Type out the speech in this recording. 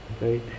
right